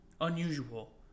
unusual